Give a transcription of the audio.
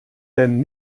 denn